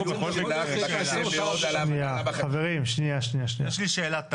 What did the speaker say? יש לי שאלת תם.